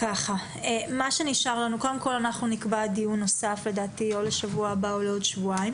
אנחנו נקבע דיון נוסף בשבוע הבא או בעוד שבועיים.